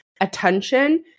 attention